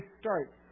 start